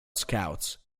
scouts